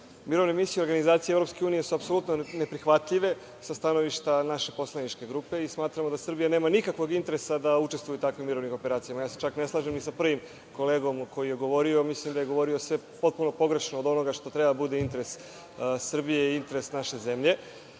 EU.Mirovne misije u organizaciji EU su apsolutno neprihvatljive sa stanovišta naše poslaničke grupe i smatramo da Srbija nema nikakvog interesa da učestvuje u takvim mirovnim operacijama. Ja se čak ne slažem ni sa prvim kolegom koji je govorio. Mislim da je govorio sve potpuno pogrešno od onoga što treba da bude interes Srbije i interes naše